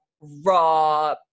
raw